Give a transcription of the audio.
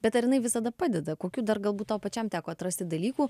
bet ar jinai visada padeda kokių dar galbūt tau pačiam teko atrasti dalykų